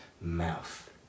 mouth